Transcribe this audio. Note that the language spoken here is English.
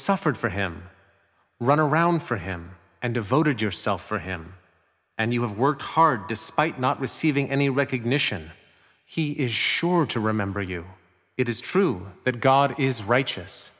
suffered for him run around for him and devoted yourself for him and you have worked hard despite not receiving any recognition he is sure to remember you it is true that god is righteous